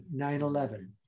9-11